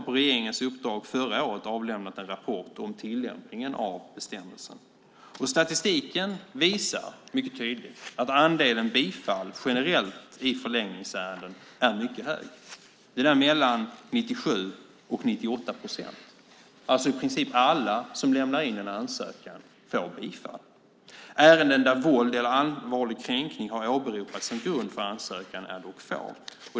På regeringens uppdrag har verket förra året avlämnat en rapport om tillämpningen av bestämmelsen. Statistiken visar mycket tydligt att andelen bifall i förlängningsärenden generellt är mycket hög. Den är mellan 97 och 98 procent. I princip alla som lämnar in en ansökan får bifall. Antalet ärenden där våld och kränkning har åberopats som grund för ansökan är dock få.